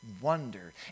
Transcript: Wonder